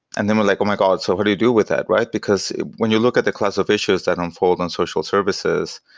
and then we're like, oh my god! so what do you do with that? because when you look at the class of issues that unfold on social services,